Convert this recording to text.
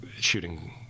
shooting